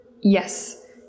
Yes